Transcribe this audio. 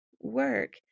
work